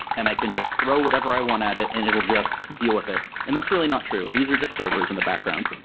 and i can just throw whatever i want at it and it'll just deal with it, it, and that's really not true. these are just servers in the background.